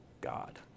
God